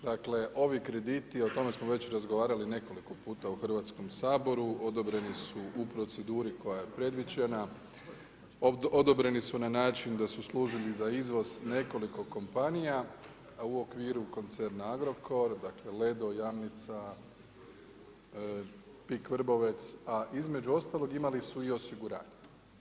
Dakle ovi krediti, o tome smo već razgovarali nekoliko puta u Hrvatskom saboru odobreni su u proceduri koja je predviđena, odobreni su na način da su služili za izvoz nekoliko kompanija a u okviru koncerna Agrokor, dakle Ledo, Jamnica, PIK Vrbovec, a između ostalog imali su i osiguranje.